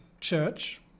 Church